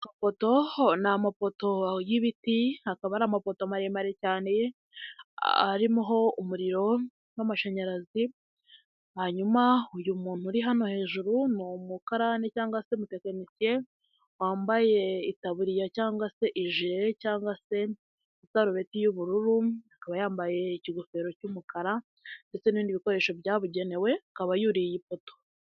Amapoto ni amapoto y'ibiti, akaba ari amapoto maremare cyane ariho umuriro w'amashanyarazi, hanyuma uyu muntu uri hano hejuru, ni umukarani cyangwa se umutekinisiye wambaye itaburiya cyangwa se ijiri cyangwa isarubeti y'ubururu, akaba yambaye ingofero cy'umukara ndetse n'ibindi bikoresho byabugenewe, akaba yuriye iyi poto.